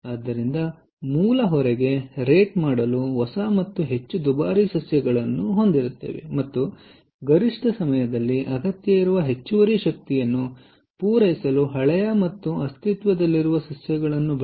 ಆದ್ದರಿಂದ ಮೂಲ ಹೊರೆಗೆ ರೇಟ್ ಮಾಡಲು ಹೊಸ ಮತ್ತು ಹೆಚ್ಚು ದುಬಾರಿ ಸಸ್ಯಗಳನ್ನು ಹೊಂದಿರಿ ಮತ್ತು ಗರಿಷ್ಠ ಸಮಯದಲ್ಲಿ ಅಗತ್ಯವಿರುವ ಹೆಚ್ಚುವರಿ ಶಕ್ತಿಯನ್ನು ಪೂರೈಸಲು ಹಳೆಯ ಮತ್ತು ಅಸ್ತಿತ್ವದಲ್ಲಿರುವ ಸಸ್ಯಗಳನ್ನು ಬಳಸಿ